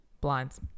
Blinds